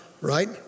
Right